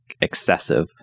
excessive